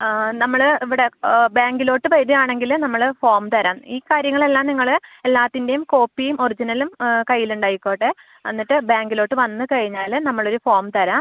ആ നമ്മൾ ഇവിടെ ബാങ്കിലോട്ട് വരുവാണെങ്കിൽ നമ്മൾ ഫോം തരാം ഈ കാര്യങ്ങളെല്ലാം നിങ്ങൾ എല്ലാത്തിൻ്റെയും കോപ്പിയും ഒറിജിനലും കയ്യിൽ ഉണ്ടായിക്കോട്ടെ എന്നിട്ട് ബാങ്കിലോട്ട് വന്നുകഴിഞ്ഞാൽ നമ്മളൊരു ഫോം തരാം